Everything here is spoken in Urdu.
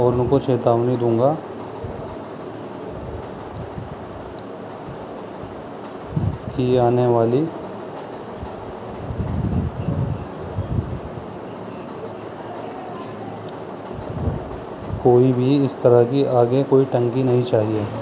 اور ان کو چیتاونی دوں گا کی آنے والی کوئی بھی اس طرح کی آگے کوئی ٹنکی نہیں چاہیے